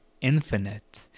infinite